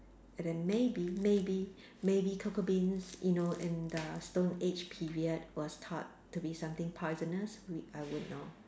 and then maybe maybe maybe cocoa beans you know in the stone age period was taught to be something poisonous we I won't know